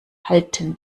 halten